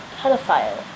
pedophile